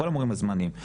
כל המורים הזמניים.